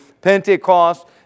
Pentecost